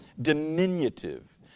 diminutive